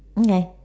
okay